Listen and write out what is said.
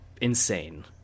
insane